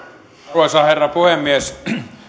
arvoisa herra puhemies